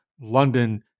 London